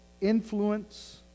influence